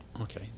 Okay